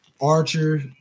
Archer